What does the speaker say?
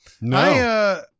no